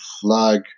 flag